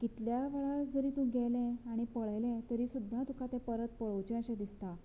कितल्या वेळा जरी तूं गेले आनी पळयलें तरी सुद्दां तुका परत पळोवचें अशें दिसता